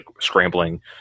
scrambling